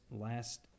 last